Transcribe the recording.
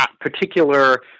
particular